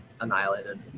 annihilated